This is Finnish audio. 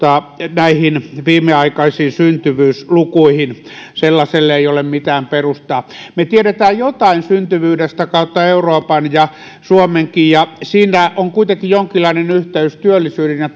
näihin viimeaikaisiin syntyvyyslukuihin sellaiselle ei ole mitään perustaa me tiedämme jotain syntyvyydestä kautta euroopan ja suomenkin ja sillä on kuitenkin jonkinlainen yhteys työllisyyteen ja